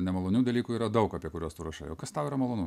nemalonių dalykų yra daug apie kuriuos tu rašai o kas tau yra malonu